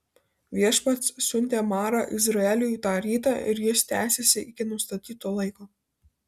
viešpats siuntė marą izraeliui tą rytą ir jis tęsėsi iki nustatyto laiko